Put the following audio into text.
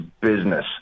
business